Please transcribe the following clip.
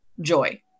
joy